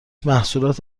محصولات